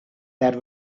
there